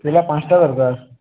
ପିଲା ପାଞ୍ଚଟା ଦରକାର